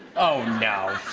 oh, no.